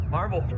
Marvel